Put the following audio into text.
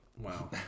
Wow